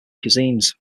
cuisines